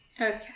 Okay